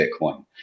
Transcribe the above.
bitcoin